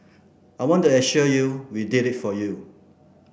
I want to assure you we did it for you